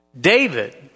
David